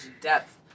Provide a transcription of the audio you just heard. depth